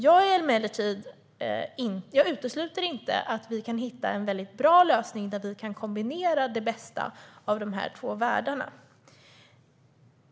Jag utesluter emellertid inte att vi kan hitta en bra lösning där vi kan kombinera det bästa av de här två världarna.